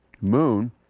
moon